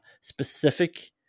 specific